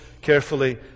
carefully